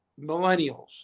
millennials